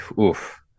oof